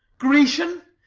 grecian,